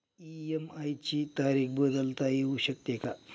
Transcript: EMI ची तारीख बदलता येऊ शकते का?